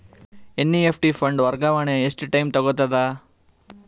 NEFT fund ವರ್ಗಾವಣೆ ಎಷ್ಟ time ತೋಗೊತದ?